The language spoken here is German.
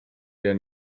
der